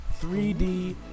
3d